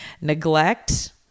Neglect